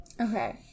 okay